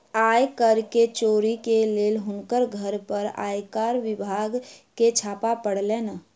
आय कर के चोरी के लेल हुनकर घर पर आयकर विभाग के छापा पड़लैन